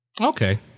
okay